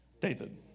David